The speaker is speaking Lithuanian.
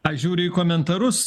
aš žiūriu į komentarus